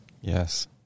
Yes